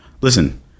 listen